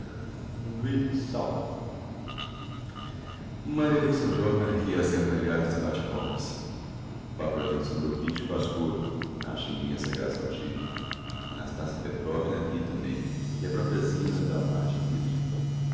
viçal maria alexandrovna ri ás gargalhadas e bate palmas pavel alexandrovitch faz côro acha immensa graça ao tio a nastassia petrovna ri tambem e a propria zina dá um ar de riso